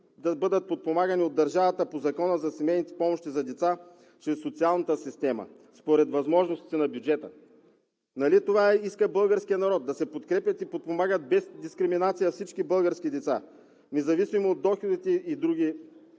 да бъдат подпомагани от държавата по Закона за семейните помощи за деца чрез социалната система според възможностите на бюджета. Нали това иска българският народ – да се подкрепят и подпомагат без дискриминация всички български деца, независимо от доходите и други